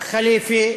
וחליפה,